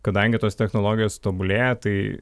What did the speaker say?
kadangi tos technologijos tobulėja tai